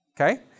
Okay